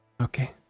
Okay